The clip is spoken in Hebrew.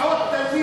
זה דמעות תנין.